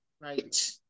Right